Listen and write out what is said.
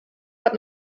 hat